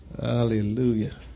Hallelujah